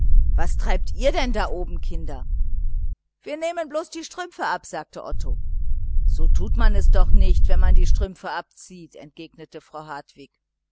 was treibt ihr denn aber da oben ihr kinder wir nehmen bloß die strümpfe ab sagte otto so tut es doch nicht wenn man strümpfe abzieht entgegnete frau hartwig